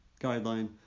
guideline